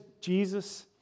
Jesus